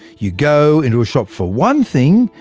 you go into a shop for one thing,